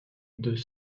deux